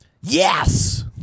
Yes